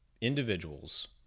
individuals